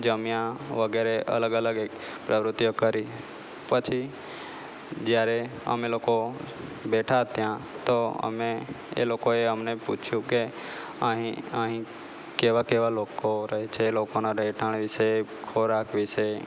જમ્યા વગેરે અલગ અલગ એ પ્રવૃત્તિઓ કરી પછી જ્યારે અમે લોકો બેઠા ત્યાં તો અમે એ લોકોએ અમને પૂછ્યું કે અહીં અહીં કેવા કેવા લોકો રહે છે એ લોકોના રહેઠાણ વિશે ખોરાક વિશે